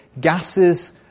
gases